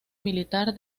militar